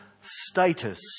status